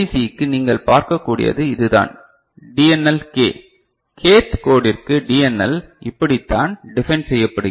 க்கு நீங்கள் பார்க்கக்கூடியது இதுதான் DNL k K th கோடிற்கான DNL இப்படித்தான் டிபைன் செய்யப்படுகிறது